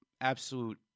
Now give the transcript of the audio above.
absolute